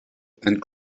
and